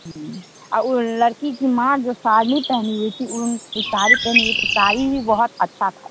आ उ लड़की कि माँ जो साड़ी पहनी हुई थी उन क वो साड़ी पहनी हुई थी साड़ी भी बहुत अच्छा था